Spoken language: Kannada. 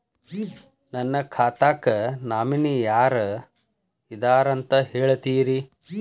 ನನ್ನ ಖಾತಾಕ್ಕ ನಾಮಿನಿ ಯಾರ ಇದಾರಂತ ಹೇಳತಿರಿ?